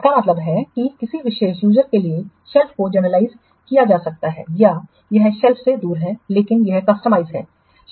इसका मतलब यह है कि किसी विशेष यूजर के लिए शेल्फ को जनरलाइज किया जा सकता है या यह शेल्फ से दूर है लेकिन यह कस्टमाइज है